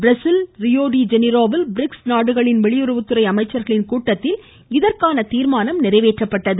Brazil தலைநகர் ரியோடிஜெனீரோவில் BRICS நாடுகளின் வெளியுறவுத்துறை அமைச்சர்களின் கூட்டத்தில் இதற்கான தீர்மானம் நிறைவேற்றப்பட்டது